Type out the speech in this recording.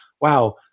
wow